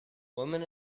woman